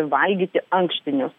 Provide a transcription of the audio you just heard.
valgyti ankštinius